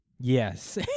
Yes